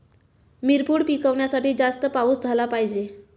मिरपूड पिकवण्यासाठी जास्त पाऊस झाला पाहिजे